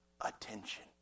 attention